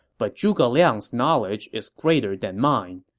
but zhuge liang's knowledge is greater than mine.